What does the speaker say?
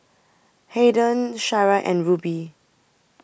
Haiden Shara and Ruby